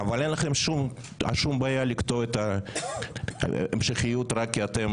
אבל אין לכם שום בעיה לקטוע את ההמשכיות רק כי אתם